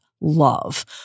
love